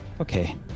Okay